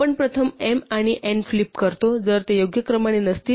आपण प्रथम m आणि n फ्लिप करतो जर ते योग्य क्रमाने नसतील